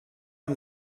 amb